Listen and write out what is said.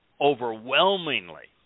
overwhelmingly